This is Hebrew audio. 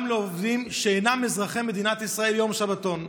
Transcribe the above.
לעובדים שאינם אזרחי מדינת ישראל יום שבתון.